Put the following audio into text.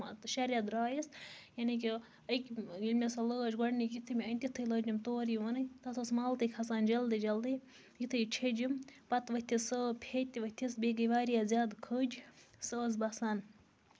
مان ژٕ شیٚے ریٚتھ درٛایَس یانے کہِ أکۍ ییٚلہِ مےٚ سۄ لٲج گۄڈٕنِکی یِتھُے مےٚ أنۍ تِتھُے لٲج تٔمۍ تورٕ یِوُنُے تَتھ اوس مَل تہِ کھسان جلدٕے جلدٕے یِتھُے چھیٚجِم پَتہٕ ؤتِھس سۅ پھیٚتۍ ؤتھِس بیٚیہِ گٔے واریاہ زیادٕ کھٔج سۄ ٲسۍ باسان